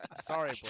Sorry